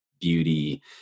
beauty